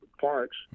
parks